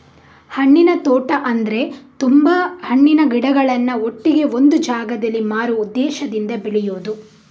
ಹಣ್ಣಿನ ತೋಟ ಅಂದ್ರೆ ತುಂಬಾ ಹಣ್ಣಿನ ಗಿಡಗಳನ್ನ ಒಟ್ಟಿಗೆ ಒಂದು ಜಾಗದಲ್ಲಿ ಮಾರುವ ಉದ್ದೇಶದಿಂದ ಬೆಳೆಯುದು